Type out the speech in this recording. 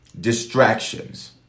Distractions